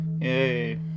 Yay